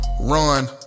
run